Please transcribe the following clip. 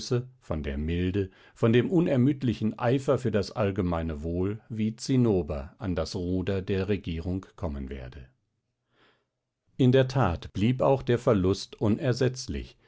von der milde von dem unermüdlichen eifer für das allgemeine wohl wie zinnober an das ruder der regierung kommen werde in der tat blieb auch der verlust unersetzlich